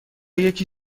یکی